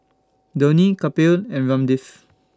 Dhoni Kapil and Ramdev